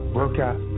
workout